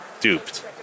duped